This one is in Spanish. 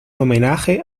homenaje